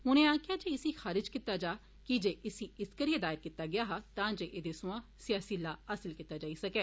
उनें आक्खेआ जे इसी खारिज कीता जा की जे इस्सी इस करी दायर कीता गेआ हा तां जे ऐदे सोयां सियासी लाह् हासिल कीता जाई सकै